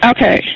Okay